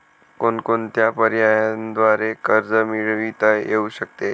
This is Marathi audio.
कोणकोणत्या पर्यायांद्वारे कर्ज मिळविता येऊ शकते?